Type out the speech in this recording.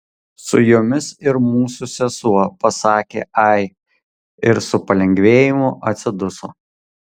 su jomis ir mūsų sesuo pasakė ai ir su palengvėjimu atsiduso